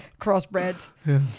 Crossbred